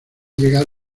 llegar